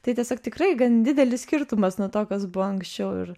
tai tiesiog tikrai gan didelis skirtumas nuo to kas buvo anksčiau ir